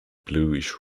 bluish